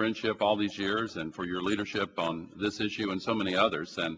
friendship all these years and for your leadership on this issue and so many others and